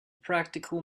practical